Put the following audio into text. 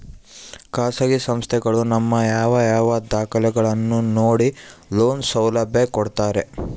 ಖಾಸಗಿ ಸಂಸ್ಥೆಗಳು ನಮ್ಮ ಯಾವ ಯಾವ ದಾಖಲೆಗಳನ್ನು ನೋಡಿ ಲೋನ್ ಸೌಲಭ್ಯ ಕೊಡ್ತಾರೆ?